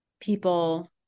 people